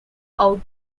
out